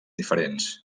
diferents